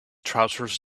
trousers